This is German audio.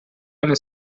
eine